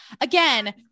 Again